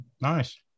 Nice